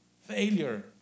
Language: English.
failure